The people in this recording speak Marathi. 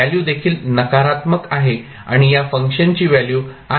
व्हॅल्यू देखील नकारात्मक आहे आणि या फंक्शनची व्हॅल्यू आहे